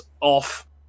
off